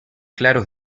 claros